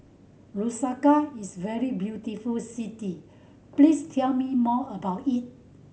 Lusaka is a very beautiful city please tell me more about it